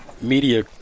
media